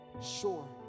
sure